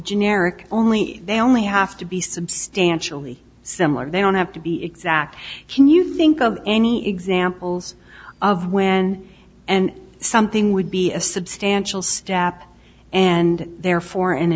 generic only if they only have to be substantially similar they don't have to be exact can you think of any examples of when and something would be a substantial step and therefore an